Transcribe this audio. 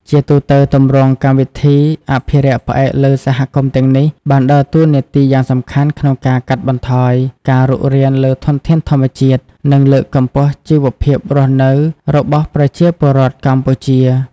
ជាទូទៅ ទម្រង់កម្មវិធីអភិរក្សផ្អែកលើសហគមន៍ទាំងនេះបានដើរតួនាទីយ៉ាងសំខាន់ក្នុងការកាត់បន្ថយការរុករានលើធនធានធម្មជាតិ និងលើកកម្ពស់ជីវភាពរស់នៅរបស់ប្រជាពលរដ្ឋកម្ពុជា។